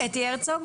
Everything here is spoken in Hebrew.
בבקשה.